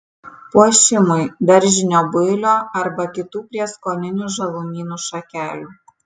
puošimui daržinio builio arba kitų prieskoninių žalumynų šakelių